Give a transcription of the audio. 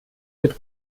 mit